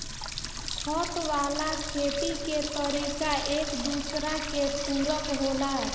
छत वाला खेती के तरीका एक दूसरा के पूरक होला